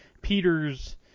Peter's